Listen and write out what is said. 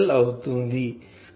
అవుతుంది